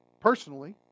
personally